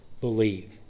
believe